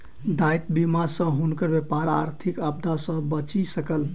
दायित्व बीमा सॅ हुनकर व्यापार आर्थिक आपदा सॅ बचि सकल